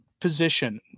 position